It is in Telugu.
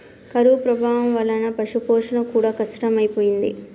కరువు ప్రభావం వలన పశుపోషణ కూడా కష్టమైపోయింది